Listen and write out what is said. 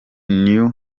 new